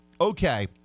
okay—